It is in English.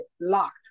locked